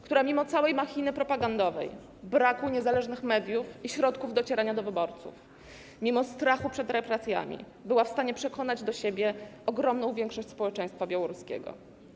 która mimo całej machiny propagandowej, mimo braku niezależnych mediów i środków docierania do wyborców, mimo strachu przed represjami była w stanie przekonać do siebie ogromną większość społeczeństwa białoruskiego.